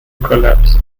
collapsed